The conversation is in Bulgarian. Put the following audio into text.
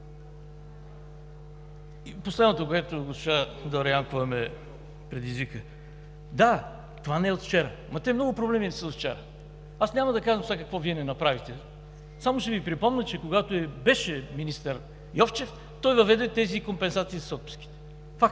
И последното, за което госпожа Дора Янкова ме предизвика. Да, това не е от вчера, но те много проблеми не са от вчера. Аз няма да казвам сега какво Вие не направихте. Само ще Ви припомня, че когато беше министър Йовчев, той въведе тези компенсации с отпуските.